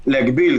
כן, בדיוק.